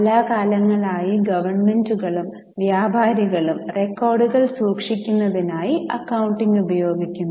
കാലാകാലങ്ങളായി ഗവൺമെന്റുകളും വ്യാപാരികളും റെക്കോർഡുകൾ സൂക്ഷിക്കുന്നതിനായി അക്കൌണ്ടിംഗ് ഉപയോഗിക്കുന്നു